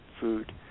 food